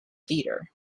theatre